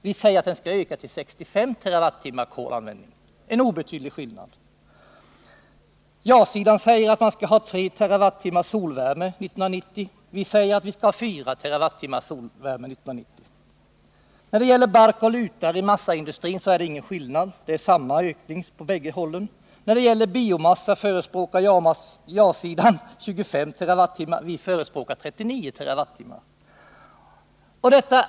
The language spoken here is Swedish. Vi säger att den skall öka till 65 TWh — det är en obetydlig skillnad. Ja-sidan säger att vi skall ha 3 TWh solvärme 1990. Vi säger att vi skall ha 4 Twh. När det gäller användningen av bark och lutar i massaindustrin är det ingen skillnad, vi vill ha samma ökning på båda sidor. När det gäller biomassa förespråkar ja-sidan användning av 25 TWh 1990, vi förespråkar 39 TWh.